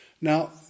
Now